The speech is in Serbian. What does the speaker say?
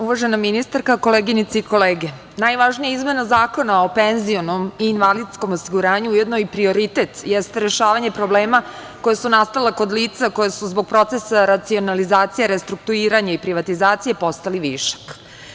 Uvažena ministarka, koleginice i kolege, najvažnija izmena Zakona o penzionom i invalidskom osiguranju, ujedno i prioritet, jeste rešavanje problema koja su nastala kod lica koje su zbog procesa racionalizacije, restrukturiranje i privatizacije postali višak.